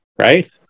Right